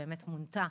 שבאמת מונתה